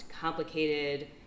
complicated